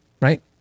right